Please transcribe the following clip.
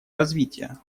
развития